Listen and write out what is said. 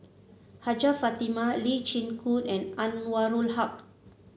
Hajjah Fatimah Lee Chin Koon and Anwarul Haque